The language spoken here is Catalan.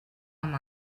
amb